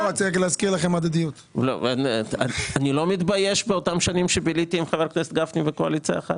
אני לא מתבייש באותן שנים שביליתי עם חבר הכנסת גפני בקואליציה אחת.